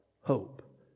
hope